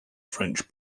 french